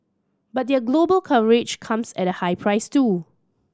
but their global coverage comes at a high price too